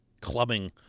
clubbing